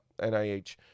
NIH